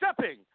Stepping